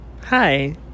Hi